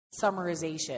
summarization